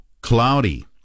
cloudy